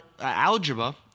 algebra